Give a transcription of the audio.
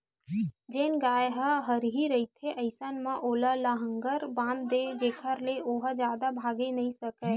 जेन गाय ह हरही रहिथे अइसन म ओला लांहगर बांध दय जेखर ले ओहा जादा भागे नइ सकय